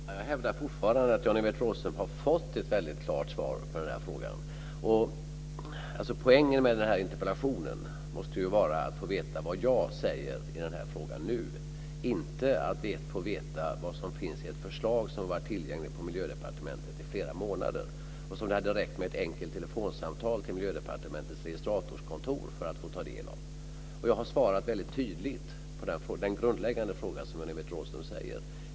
Fru talman! Jag hävdar fortfarande att Jan-Evert Rådhström har fått ett väldigt klart svar på den här frågan. Poängen med den här interpellationen måste ju vara att få veta vad jag säger i den här frågan nu, inte att få veta vad som finns i ett förslag som har varit tillgängligt på Miljödepartementet i flera månader och som det hade räckt med ett enkelt telefonsamtal till Miljödepartementets registratorskontor för att få ta del av. Jag har svarat väldigt tydligt på den grundläggande fråga som Jan-Evert Rådhström ställer.